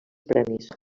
premis